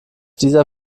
dieser